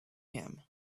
him